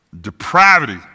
depravity